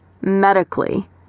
Medically